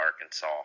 Arkansas